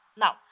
Now